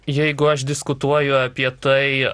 jeigu aš diskutuoju apie tai